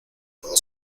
puedo